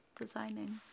designing